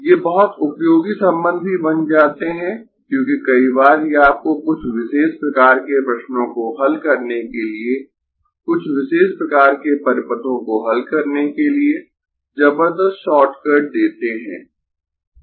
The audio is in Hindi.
ये बहुत उपयोगी संबंध भी बन जाते है क्योंकि कई बार ये आपको कुछ विशेष प्रकार के प्रश्नों को हल करने के लिए कुछ विशेष प्रकार के परिपथों को हल करने के लिए जबरदस्त शॉर्ट कट देते है